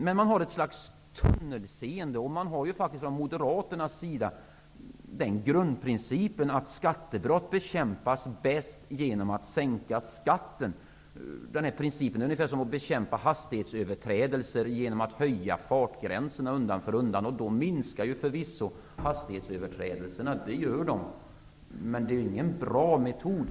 Men man har ett slags tunnelseende. Moderaterna har den grundprincipen att skattebrott bäst bekämpas genom att sänka skatten. Det är ungefär som att bekämpa hastighetsöverträdelser genom att höja fartgränserna undan för undan. Då minskar förvisso hastighetsöverträdelserna, men det är ingen bra metod.